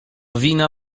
wina